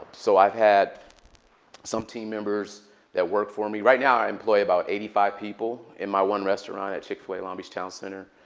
so i've had some team members that worked for me right now i employ about eighty five people in my one restaurant at chick-fil-a long beach town center.